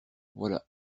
voilà